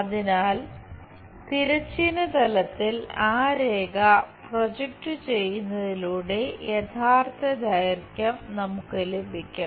അതിനാൽ തിരശ്ചീന തലത്തിൽ ആ രേഖ പ്രൊജക്റ്റ് ചെയ്യുന്നതിലൂടെ യഥാർത്ഥ ദൈർഘ്യം നമുക്ക് ലഭിക്കും